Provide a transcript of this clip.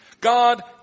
God